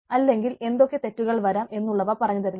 അല്ലെങ്കിൽ എന്തൊക്കെ തെറ്റുകൾ വരാം എന്നുള്ളവ പറഞ്ഞു തരുന്നു